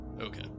Okay